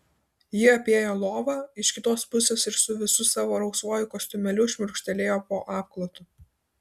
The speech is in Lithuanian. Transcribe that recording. ji apėjo lovą iš kitos pusės ir su visu savo rausvuoju kostiumėliu šmurkštelėjo po apklotu